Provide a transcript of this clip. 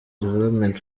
development